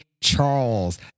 charles